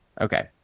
Okay